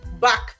back